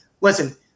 Listen